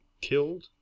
killed